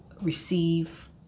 receive